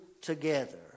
together